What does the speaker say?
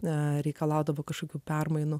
na reikalaudavo kažkokių permainų